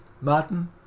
Martin